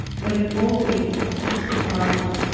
but in all things his confidant.